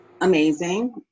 amazing